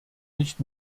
nicht